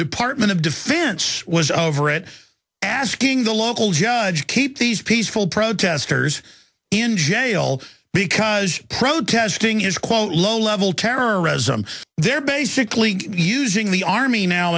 department of defense was over it asking the local judge keep these peaceful protesters in jail because protesting is quote low level terrorism they're basically using the army now